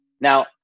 Now